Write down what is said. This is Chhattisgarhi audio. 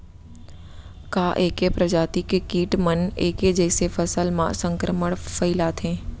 का ऐके प्रजाति के किट मन ऐके जइसे फसल म संक्रमण फइलाथें?